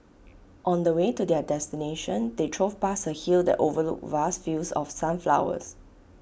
on the way to their destination they drove past A hill that overlooked vast fields of sunflowers